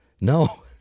No